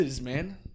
man